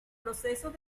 procesos